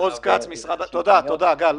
--- תודה, גל.